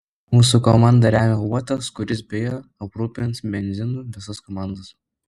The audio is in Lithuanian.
mūsų komandą remia uotas kuris beje aprūpins benzinu visas komandas